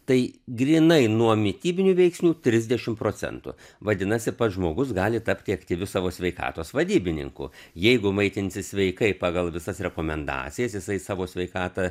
tai grynai nuo mitybinių veiksnių trisdešim procentų vadinasi pats žmogus gali tapti aktyviu savo sveikatos vadybininku jeigu maitinsis sveikai pagal visas rekomendacijas jisai savo sveikatą